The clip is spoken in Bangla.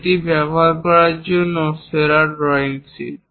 এটি ব্যবহার করার জন্য সেরা ড্রয়িং শীট